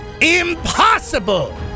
Impossible